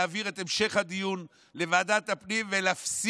להעביר את המשך הדיון לוועדת הפנים ולהפסיק